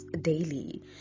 daily